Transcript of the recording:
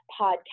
podcast